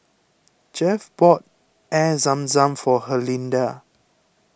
Jeff bought Air Zam Zam for Herlinda